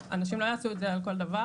ואנשים לא יעשו את זה על כל דבר.